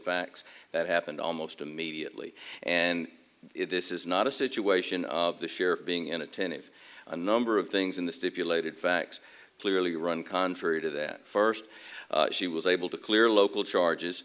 that happened almost immediately and this is not a situation of the sheriff being inattentive a number of things in the stipulated facts clearly run contrary to that first she was able to clear local charges